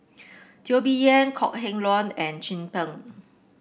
Teo Bee Yen Kok Heng Leun and Chin Peng